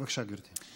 בבקשה, גברתי.